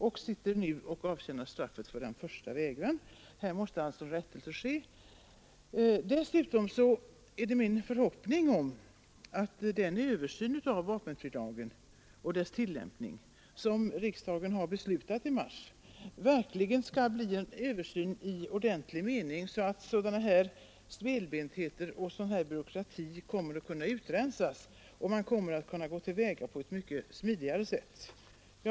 Han avtjänar ju som nämnts för närvarande straff för sin första vägran. Här måste alltså rättelse ske. Dessutom är det min förhoppning att den översyn av vapenfrilagen och dess tillämpning, som riksdagen har beslutat i mars, verkligen skall bli en översyn i ordentlig mening så att sådana här stelbentheter och sådan här byråkrati kan rensas ut och man kommer att kunna gå till väga på ett mycket smidigare sätt vid handläggningen av sådana här ärenden.